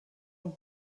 und